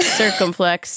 circumflex